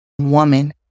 woman